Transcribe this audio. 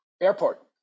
airport